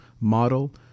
model